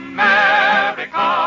America